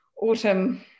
autumn